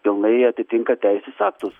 pilnai atitinka teisės aktus